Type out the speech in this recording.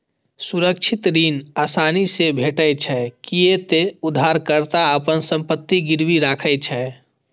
सुरक्षित ऋण आसानी से भेटै छै, कियै ते उधारकर्ता अपन संपत्ति गिरवी राखै छै